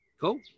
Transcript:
Cool